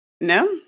No